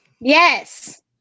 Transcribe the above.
Yes